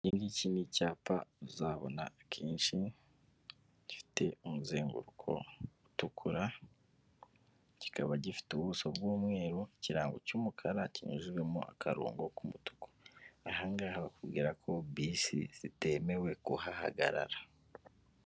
Ikingiki ni icyapa uzabona kenshi. Gifite umuzenguruko utukura, kikaba gifite ubuso bw'umweru, ikirango cy'umukara kinyujijwemo akarongo k'umutuku. Ahangaha bakubwira ko bisi zitemewe kuhahagarara.